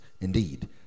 Indeed